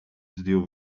zdjął